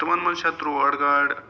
تِمَن مَنٛز چھےٚ ترٛوٹ گاڈ